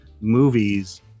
movies